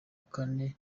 kane